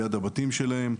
ליד הבתים שלהם.